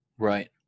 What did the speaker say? Right